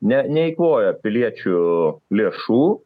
ne neeikvoja piliečių lėšų